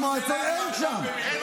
אין היום שירותי דת?